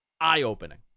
Eye-opening